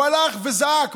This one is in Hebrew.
הוא הלך וזעק.